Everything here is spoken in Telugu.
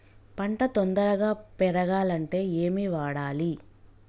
పంట తొందరగా పెరగాలంటే ఏమి వాడాలి?